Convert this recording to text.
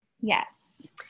Yes